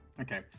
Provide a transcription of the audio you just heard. Okay